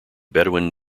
bedouin